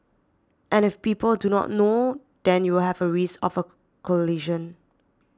and if people do not know then you have a risk of a collision